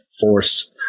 force